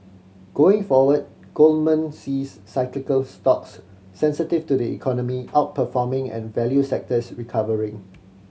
going forward Goldman sees cyclical stocks sensitive to the economy outperforming and value sectors recovering